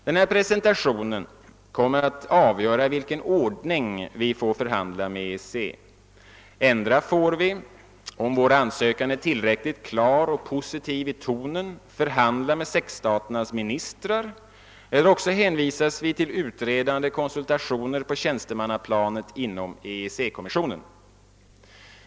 Denna presentation kommer att avgöra i vilken ordning vi får förhandla med EEC. Endera får vi, om vår ansökan är tillräckligt klar och positiv i tonen, förhandla med sexstaternas ministrar, eller också hänvisas vi till utredande konsultationer på tjänstemannaplanet inom EEC kommissionen.